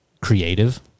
creative